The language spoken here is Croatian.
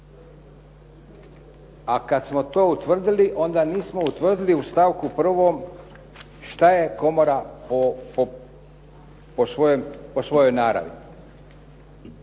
A kad smo to utvrdili onda nismo utvrdili u stavku 1. što je komora po svojoj naravi.